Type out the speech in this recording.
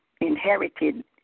inherited